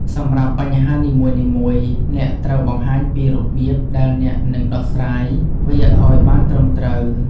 សម្រាប់បញ្ហានីមួយៗ អ្នកត្រូវបង្ហាញពីរបៀបដែលអ្នកនឹងដោះស្រាយវាអោយបានត្រឹមត្រូវ។